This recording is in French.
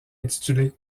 intitulé